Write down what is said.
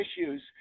issues